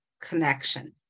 connection